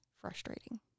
frustrating